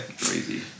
Crazy